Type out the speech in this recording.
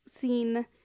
seen